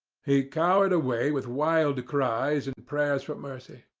he cowered away with wild cries and prayers for mercy,